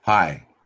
Hi